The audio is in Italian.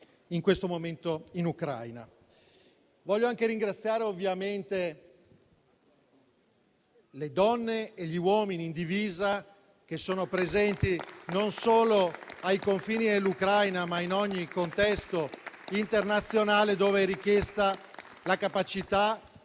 in questo momento in Ucraina. Voglio anche ringraziare le donne e gli uomini in divisa che sono presenti non solo ai confini dell'Ucraina, ma in ogni contesto internazionale, dove sono richieste la capacità,